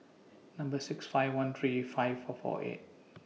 Number six five one three five four four eight